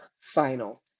final